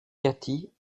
katy